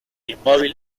inmóvil